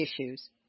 issues